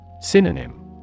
Synonym